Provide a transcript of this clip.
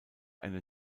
eine